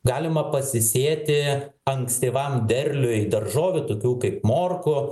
galima pasisėti ankstyvam derliui daržovių tokių kaip morkų